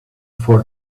for